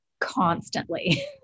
constantly